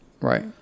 Right